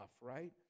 Right